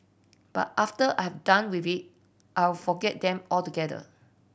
but after I'm done with it I'll forget them altogether